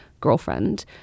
girlfriend